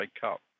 Cup